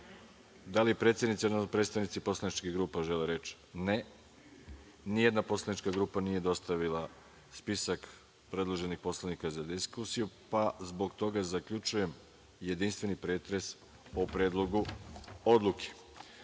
li predsednici, odnosno predstavnici poslaničkih grupa žele reč? (Ne)Nijedna poslanička grupa nije dostavila spisak predloženih poslanika za diskusiju. Zbog toga zaključujem jedinstveni pretres o Predlogu odluke. Sa